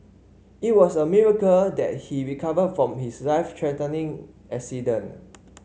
it was a miracle that he recovered from his life threatening accident